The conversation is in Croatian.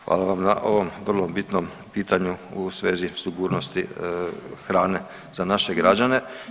Hvala vam na ovom vrlo bitnom pitanju u svezi sigurnosti hrane za naše građane.